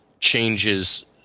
changes